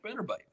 spinnerbait